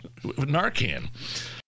Narcan